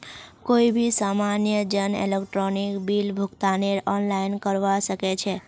कोई भी सामान्य जन इलेक्ट्रॉनिक बिल भुगतानकेर आनलाइन करवा सके छै